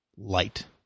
light